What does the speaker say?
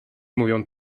mówią